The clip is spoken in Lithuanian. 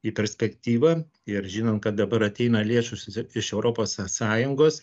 į perspektyvą ir žinant kad dabar ateina lėšos iš europos sąjungos